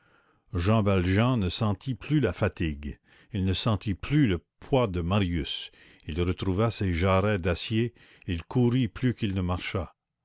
jean valjean ne sentit plus la fatigue il ne sentit plus le poids de marius il retrouva ses jarrets d'acier il courut plus qu'il ne marcha